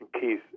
Keith